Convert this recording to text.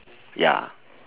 ya